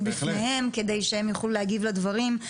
בפניהם כדי שהם יוכלו להגיב לדברים.